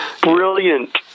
Brilliant